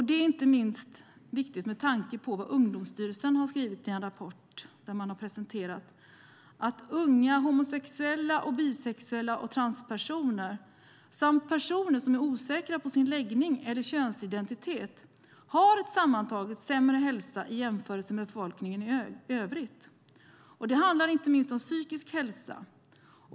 Det är inte minst viktigt med tanke på vad Ungdomsstyrelsen har skrivit i en rapport, nämligen att unga homosexuella, bisexuella, transpersoner samt personer som är osäkra på sin läggning eller könsidentitet har en sammantaget sämre hälsa i jämförelse med befolkningen i övrigt. Det handlar inte minst om psykisk hälsa.